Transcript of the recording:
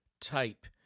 type